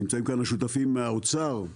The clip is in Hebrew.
נמצאים כאן השותפים מהאוצר,